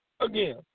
Again